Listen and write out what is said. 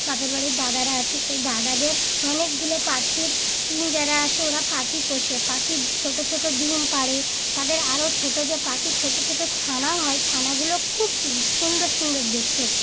বাপের বাড়ির দাদারা আছে সেই দাদাদের অনেকগুলো পাখির যারা আছে ওরা পাখি পোষে পাখির ছোটো ছোটো ডিম পাড়ে তাদের আরও ছোটো যে পাখির ছোটো ছোটো ছানা হয় ছানাগুলো খুব সুন্দর সুন্দর দেখতে